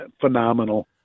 phenomenal